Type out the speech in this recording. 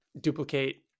duplicate